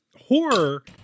horror